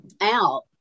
out